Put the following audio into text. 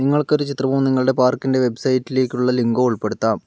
നിങ്ങൾക്കൊരു ചിത്രമോ നിങ്ങളുടെ പാർക്കിൻ്റെ വെബ്സൈറ്റിലേക്കുള്ള ലിങ്കോ ഉൾപ്പെടുത്താം